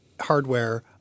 hardware